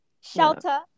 Shelter